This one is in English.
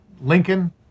Lincoln